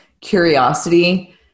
curiosity